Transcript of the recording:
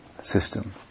system